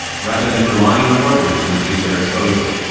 rather than relying on workers to reduce their exposure.